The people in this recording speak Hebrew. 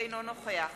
אינו נוכח